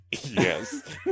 Yes